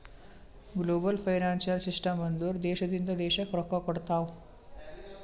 global financial system ಅಂದುರ್ ದೇಶದಿಂದ್ ದೇಶಕ್ಕ್ ರೊಕ್ಕಾ ಕೊಡ್ತಾವ್